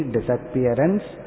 Disappearance